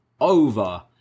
over